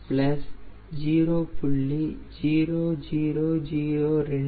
9 0